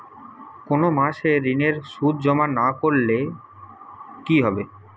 কোনো মাসে ঋণের সুদ জমা না করলে কি হবে?